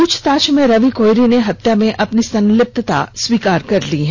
पूछताछ में रवि कोइरी ने हत्या में अपनी संलिप्तता स्वीकार कर ली है